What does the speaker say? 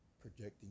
projecting